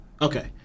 Okay